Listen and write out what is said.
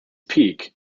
peak